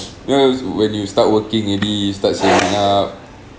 well when you start working maybe you start saving up